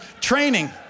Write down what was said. training